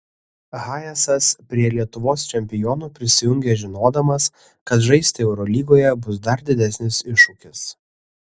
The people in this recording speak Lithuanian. hayesas prie lietuvos čempionų prisijungė žinodamas kad žaisti eurolygoje bus dar didesnis iššūkis